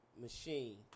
machine